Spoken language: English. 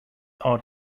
are